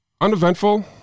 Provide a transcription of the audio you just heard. Uneventful